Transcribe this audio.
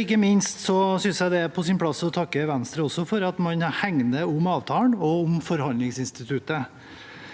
Ikke minst synes jeg det er på sin plass å takke Venstre for at man hegner om avtalen og om forhandlingsinstituttet.